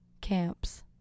camps